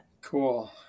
Cool